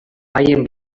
haien